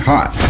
Hot